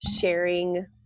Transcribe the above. sharing